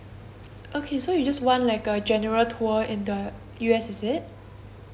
okay so you just want like a general tour in the U_S is it